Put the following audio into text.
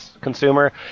consumer